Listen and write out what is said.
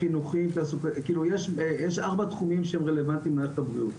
יש ארבע תחומים שהם רלוונטיים למערכת הבריאות: